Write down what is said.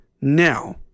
now